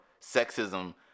sexism